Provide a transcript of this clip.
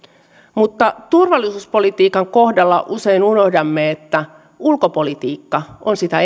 mutta turvallisuuspolitiikan kohdalla usein unohdamme että ulkopolitiikka on sitä